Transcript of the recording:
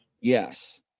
Yes